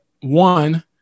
one